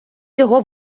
цього